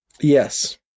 Yes